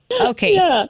Okay